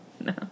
No